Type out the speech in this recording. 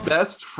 Best